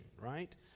right